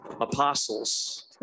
apostles